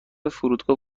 فرودگاه